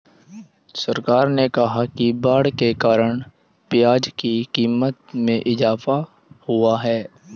सरकार ने कहा कि बाढ़ के कारण प्याज़ की क़ीमत में इजाफ़ा हुआ है